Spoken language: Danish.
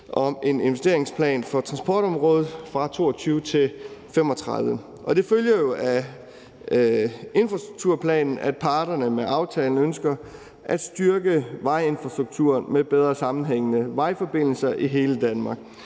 om en investeringsplan for transportområdet fra 2025 til 2035, og det følger jo af infrastrukturplanen, at parterne med aftalen ønsker at styrke vejinfrastrukturen med bedre sammenhængende vejforbindelser i hele Danmark,